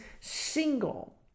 single